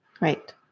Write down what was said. Right